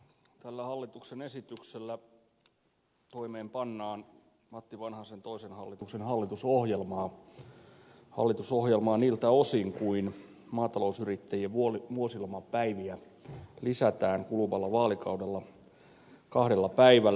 tällä hallituksen esityksellä toimeenpannaan matti vanhasen toisen hallituksen hallitusohjelmaa niiltä osin kuin maatalousyrittäjien vuosilomapäiviä lisätään kuluvalla vaalikaudella kahdella päivällä